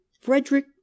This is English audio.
Frederick